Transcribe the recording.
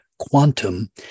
quantum